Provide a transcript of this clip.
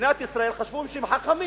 מדינת ישראל, חשבו שהם חכמים,